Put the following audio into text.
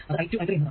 അത് i2 i3 എന്നതാണ്